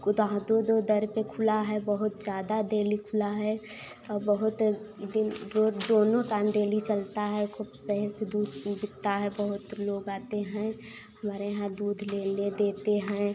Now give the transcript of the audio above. कुदाह दो दो दर पर खुला है बहुत ज़्यादा देली खुला है बहुत दिन रोज दोनों टाइम डेली चलता है खूब सही से दूध भी बिकता है बहुत लोग आते हैं हमारे यहाँ दूध लेने देते हैं